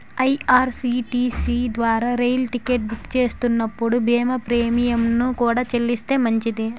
IRCTC ద్వారా రైలు ticket book చేస్తున్నప్పుడు బీమా ప్రీమియంను కూడా చెల్లిస్తే మంచిది